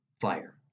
fire